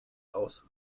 aus